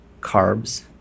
carbs